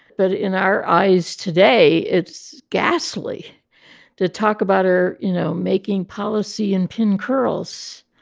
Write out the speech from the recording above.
but in our eyes today, it's ghastly to talk about her, you know, making policy in pin curls.